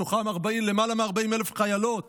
מתוכם יותר מ-40,000 חיילות,